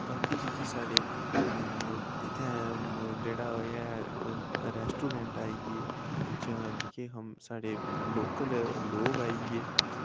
बाकी जेह्के साढ़े इत्थें जेह्ड़ा एह् ऐ रेस्टोरेंट आइयै जां जेह्के साढ़े लोकल लोक आइयै